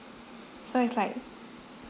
so it's like